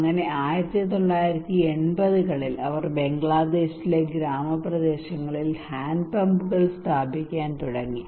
അങ്ങനെ 1980 കളിൽ അവർ ബംഗ്ലാദേശിലെ ഗ്രാമപ്രദേശങ്ങളിൽ ഹാൻഡ് പമ്പുകൾ സ്ഥാപിക്കാൻ തുടങ്ങി